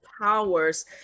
powers